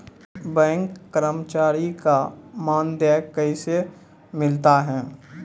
Bank कर्मचारी का मानदेय कैसे मिलता हैं?